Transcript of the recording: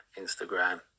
Instagram